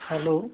hello